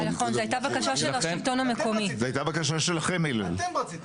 זו הייתה בקשה שלכם הלל לא,